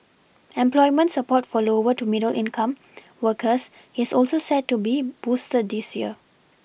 employment support for lower to middle income workers is also set to be boosted this year